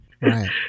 Right